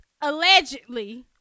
Allegedly